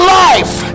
life